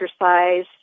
exercise